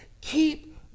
Keep